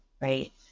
right